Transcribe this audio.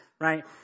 right